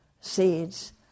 seeds